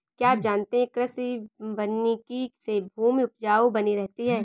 क्या आप जानते है कृषि वानिकी से भूमि उपजाऊ बनी रहती है?